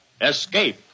Escape